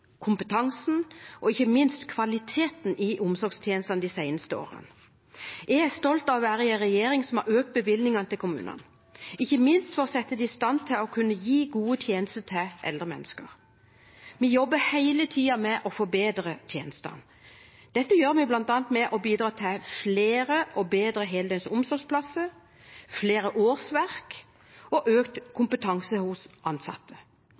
kompetansen og ikke minst kvaliteten i omsorgstjenestene de seneste årene. Jeg er stolt av å være i en regjering som har økt bevilgningene til kommunene, ikke minst for å sette dem i stand til å kunne gi gode tjenester til eldre mennesker. Vi jobber hele tiden med å forbedre tjenestene. Dette gjør vi bl.a. ved å bidra til flere og bedre heldøgns omsorgsplasser, flere årsverk og økt kompetanse hos ansatte.